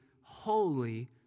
holy